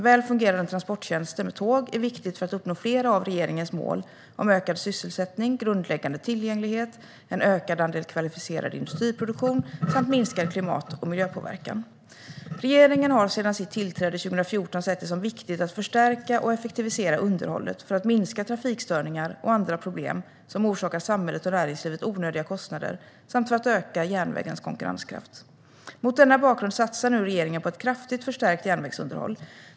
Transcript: Väl fungerande transporttjänster med tåg är viktigt för att uppnå flera av regeringens mål om ökad sysselsättning, grundläggande tillgänglighet, en ökad andel kvalificerad industriproduktion samt minskad klimat och miljöpåverkan. Regeringen har sedan sitt tillträde 2014 sett det som viktigt att förstärka och effektivisera underhållet för att minska trafikstörningar och andra problem som orsakar samhället och näringslivet onödiga kostnader samt för att öka järnvägens konkurrenskraft. Mot denna bakgrund satsar nu regeringen på ett kraftigt förstärkt järnvägsunderhåll.